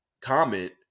comment